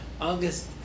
August